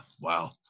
Wow